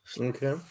okay